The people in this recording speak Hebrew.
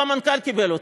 לא המנכ"ל קיבל אותן.